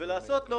לעשות לו